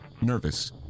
Nervous